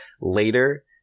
later